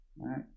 Right